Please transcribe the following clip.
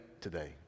today